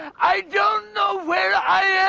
i don't know where i